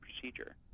procedure